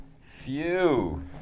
Phew